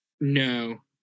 No